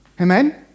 Amen